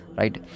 right